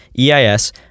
EIS